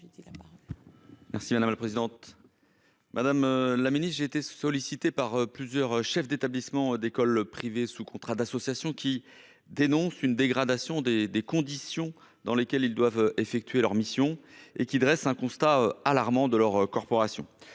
et de la jeunesse. Madame la ministre, j'ai été sollicité par plusieurs chefs d'établissement d'écoles privées sous contrat d'association, qui dénoncent une dégradation des conditions dans lesquelles ils doivent effectuer leurs missions et dressent un constat alarmant de la situation